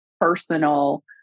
personal